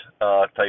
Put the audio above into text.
type